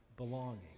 belonging